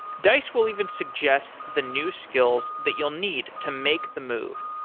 dice will even suggest the new skills that you'll need to make the move.